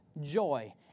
joy